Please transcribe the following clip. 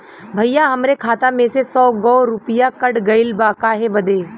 भईया हमरे खाता मे से सौ गो रूपया कट गइल बा काहे बदे?